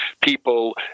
people